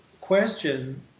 question